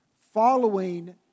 following